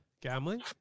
gambling